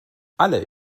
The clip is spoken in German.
alle